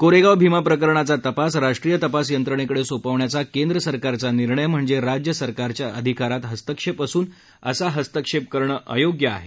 कोरेगाव भीमा प्रकरणाचा तपास राष्ट्रीय तपास यंत्रणेकडं सोपवण्याचा केंद्र सरकारचा निर्णय म्हणजे राज्य सरकारच्या अधिकारात हस्तक्षेप असून असा हस्तक्षेप करणं अयोग्य आहे